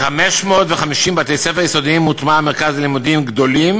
בכ-550 בתי-ספר יסודיים מוטמע מרכז למידה "גדולים